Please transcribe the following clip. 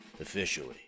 Officially